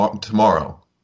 tomorrow